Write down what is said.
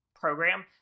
program